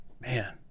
Man